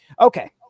okay